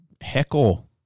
heckle